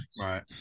right